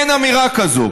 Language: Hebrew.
אין אמירה כזאת.